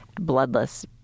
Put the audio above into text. bloodless